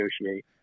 negotiate